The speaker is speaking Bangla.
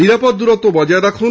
নিরাপদ দূরত্ব বজায় রাখুন